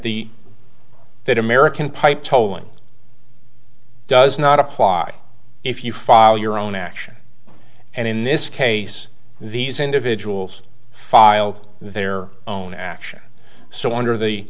the that american pipe tolling does not apply if you file your own action and in this case these individuals filed their own action so under the